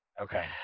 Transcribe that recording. Okay